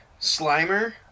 slimer